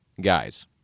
guys